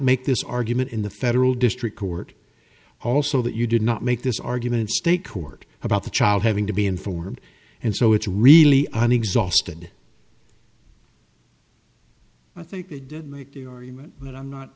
make this argument in the federal district court also that you did not make this argument state court about the child having to be informed and so it's really an exhausted i think they did make the argument but i'm not